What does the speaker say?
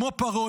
כמו פרעה,